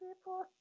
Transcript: people